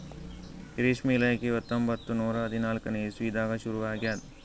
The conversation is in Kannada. ರೇಷ್ಮೆ ಇಲಾಖೆಯು ಹತ್ತೊಂಬತ್ತು ನೂರಾ ಹದಿನಾಲ್ಕನೇ ಇಸ್ವಿದಾಗ ಶುರು ಆಗ್ಯದ್